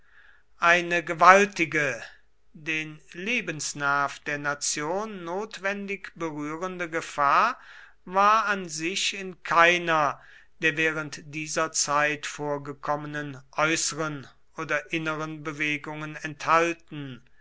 eine gewaltige den lebensnerv der nation notwendig berührende gefahr war an sich in keiner der während dieser zeit vorgekommenen äußeren oder inneren bewegungen enthalten